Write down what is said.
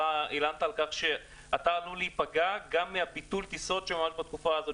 אתה דיברת על כך שאתה עלול להיפגע גם מביטול הטיסות בתקופה הזאת